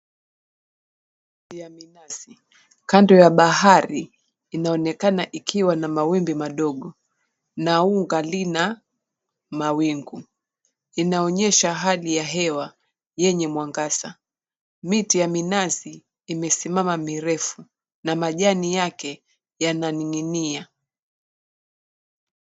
Ya minazi kando ya bahari inaonekana ikiwa na mawimbi madogo na unga lina mawingu. Inaonyesha hali ya hewa yenye mwangaza. Miti ya minazi imesimama mirefu na majani yake yananing'inia.